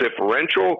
differential